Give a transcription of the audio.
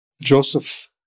Joseph